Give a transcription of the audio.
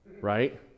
Right